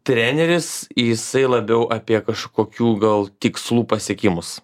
treneris jisai labiau apie kažkokių gal tikslų pasiekimus